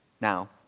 Now